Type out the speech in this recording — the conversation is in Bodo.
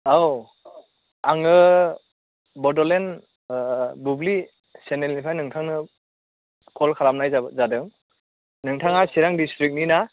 औ आङो बड'लेण्ड बुब्लि चेनेलनिफ्राय नोंथांनो कल खालामनाय जाबाय जादों नोंथाङा चिरां डिस्ट्रिकनि ना